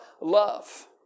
love